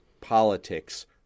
Politics